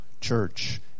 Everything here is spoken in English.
church